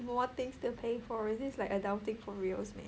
more things to pay for this is like adulting for reals man